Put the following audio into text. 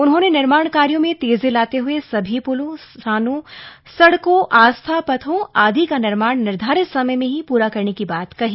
उन्होंने निर्माण कार्यों में तेजी लाते हुए सभी पुलों स्नान घाटों सड़कों आस्था पथों आदि का निर्माण निर्धारित समय में ही पूरा करने की बात कही